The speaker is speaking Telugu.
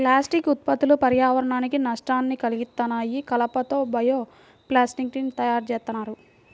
ప్లాస్టిక్ ఉత్పత్తులు పర్యావరణానికి నష్టాన్ని కల్గిత్తన్నాయి, కలప తో బయో ప్లాస్టిక్ ని తయ్యారుజేత్తన్నారు